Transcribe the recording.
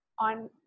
On